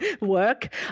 work